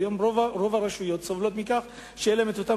והיום רוב הרשויות סובלות מכך שאין להן את אותם